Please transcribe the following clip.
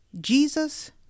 Jesus